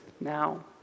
now